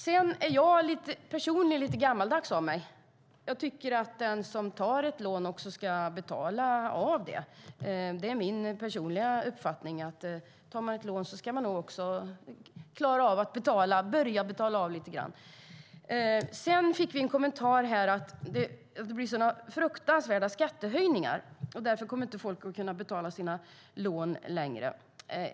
Jag är personligen lite gammaldags av mig. Jag tycker att den som tar ett lån också ska betala av det. Det är min personliga uppfattning. Tar man ett lån ska man också klara av att börja att betala av lite grann. Vi fick en kommentar här om att det blir sådana fruktansvärda skattehöjningar, och därför kommer inte människor att kunna betala sina lån längre.